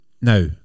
Now